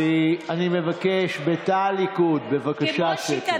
אני מבקש, תא הליכוד, בבקשה שקט.